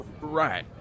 Right